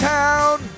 town